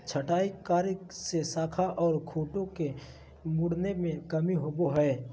छंटाई कार्य से शाखा ओर खूंटों के मुड़ने में कमी आवो हइ